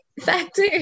factor